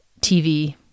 TV